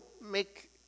make